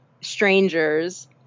strangers